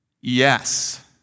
Yes